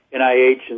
NIH